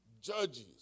judges